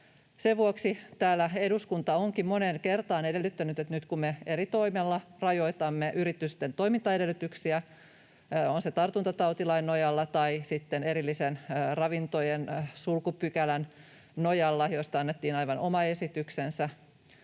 Sen vuoksi täällä eduskunta onkin moneen kertaan edellyttänyt, että nyt kun me eri toimilla rajoitamme yritysten toimintaedellytyksiä — on se tartuntatautilain nojalla tai sitten erillisen ravintoloiden sulkupykälän nojalla, josta annettiin aivan oma esityksensä